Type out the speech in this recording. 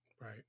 Right